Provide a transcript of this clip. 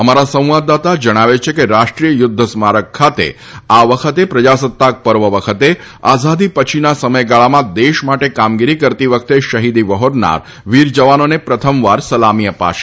અમારા સંવાદદાતા જણાવે છે કે રાષ્ટ્રીય યુધ્ધ સ્મારક ખાતે આ વખતે પ્રજાસત્તાક પર્વ વખતે આઝાદી પછીના સમયગાળામાં દેશ માટે કામગીરી કરતી વખતે શહિદી વહોરનાર વીર જવાનોને પ્રથમવાર સલામી અપાશે